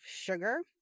sugar